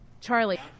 charlie